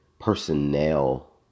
personnel